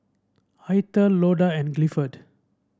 Eithel Loda and Gifford